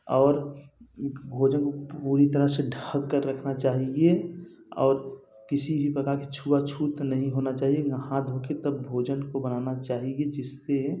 और भोजन पूरी तरह से ढक कर रखना चाहिए और किसी भी प्रकार की छुआ छूत नहीं होना चाहिए या हाथ धो कर तब भोजन को बनाना चाहिए जिससे